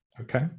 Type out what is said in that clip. Okay